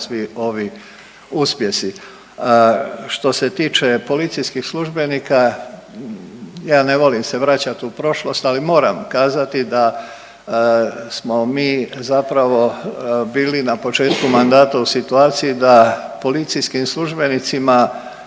svi ovi uspjesi. Što se tiče policijskih službenika, ja ne volim se vraćati u prošlost, ali moram kazati da smo mi zapravo bili na početku mandata u situaciji da policijskim službenicima